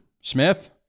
Smith